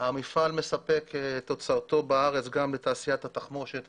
המפעל מספק את תוצרתו בארץ, גם בתעשיית התחמושת .